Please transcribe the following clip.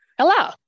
Hello